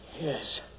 Yes